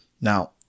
Now